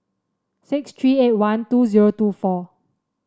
six three eight one two zero two four